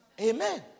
Amen